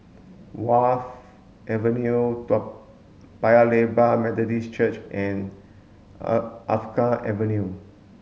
Wharf Avenue Paya Lebar Methodist Church and Alkaff Avenue